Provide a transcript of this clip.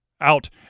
Out